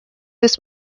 this